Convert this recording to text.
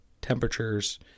temperatures